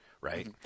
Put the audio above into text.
right